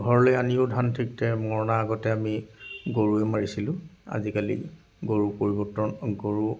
ঘৰলৈ আনিও ধান ঠিক তেনেকৈ মৰণা আগতে আমি গৰুৰে মাৰিছিলোঁ আজিকালি গৰুৰ পৰিৱৰ্তন গৰু